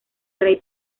rey